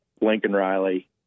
Lincoln-Riley